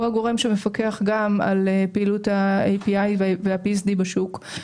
הוא הגורם שמפקח גם על פעילות ה-API וה-PSD בשוק.